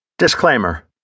Disclaimer